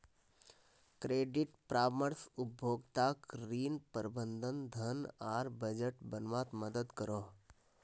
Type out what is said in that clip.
credit परामर्श उपभोक्ताक ऋण, प्रबंधन, धन आर बजट बनवात मदद करोह